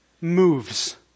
moves